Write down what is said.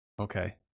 Okay